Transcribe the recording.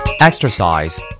Exercise